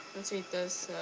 lets see this.